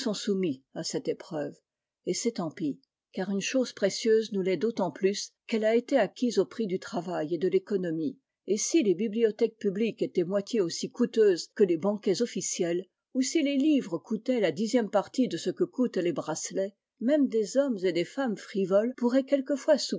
soumis à cette épreuve et c'est tant pis i car une chose précieuse nous l'est d'autant plus qu'elle a été acquise au prix du travail et de l'économie et si les bibliothèques publiques étaient moitié aussi coûteuses que les banquets officiels ou si les livres coûtaient la dixième partie de ce que coûtent les bracelets même des hommes et des femmes frivoles pourraient quelquefois